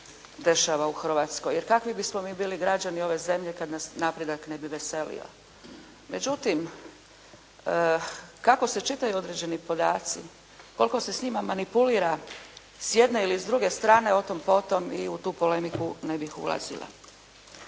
u Hrvatskoj jer kakvi bismo mi bili građani ove zemlje kada nas napredak ne bi veselio. Međutim, kako se čitaju određeni podaci, kako se s njima manipulira s jedne i s druge strane otom potom, i u tu polemiku ne bih ulazila.